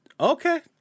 okay